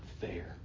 fair